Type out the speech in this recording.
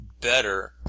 better